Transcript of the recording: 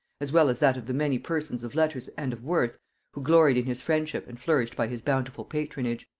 as well as that of the many persons of letters and of worth who gloried in his friendship and flourished by his bountiful patronage.